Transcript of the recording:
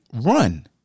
run